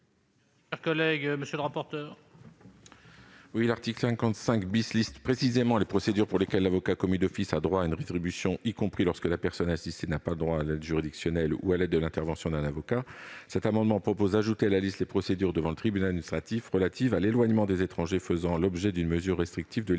monsieur le rapporteur